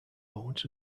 modes